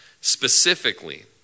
Specifically